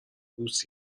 بوس